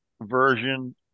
version